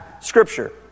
Scripture